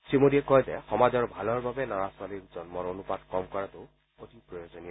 শ্ৰীমোদীয়ে কয় যে সমাজৰ ভালৰ বাবে ল'ৰা ছোৱালীৰ জন্মৰ অনুপাত কম কৰাটো অতি প্ৰয়োজনীয়